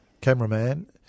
cameraman